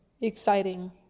exciting